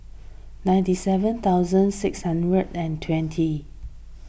ninety seven thousand six hundred and twenty